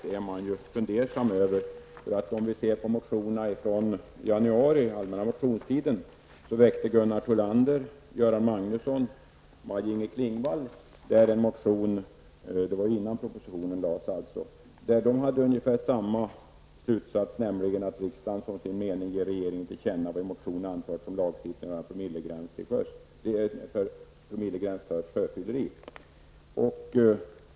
Ser man på motionerna från den allmänna motionstiden i januari väckte Gunnar Thollander, Göran Magnusson och Maj-Inger Klingvall en motion, dvs. innan propositionen lades, där de drog ungefär samma slutsats, nämligen att riksdagen som sin mening ger regeringen till känna vad i motionen anförts om lagstiftning av promillegräns till sjöss. Det är alltså en promillegräns för sjöfylleri.